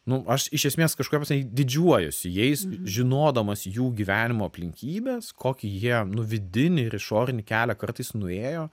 nu aš iš esmės kažkuria prasme didžiuojuosi jais žinodamas jų gyvenimo aplinkybes kokį jie nu vidinį ir išorinį kelią kartais nuėjo